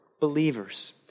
believers